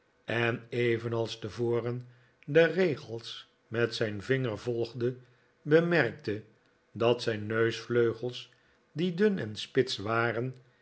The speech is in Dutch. en evenals tevoren de regels met zijn vinger volgde bemerkte dat zijn neusvleugels die dun en spits waren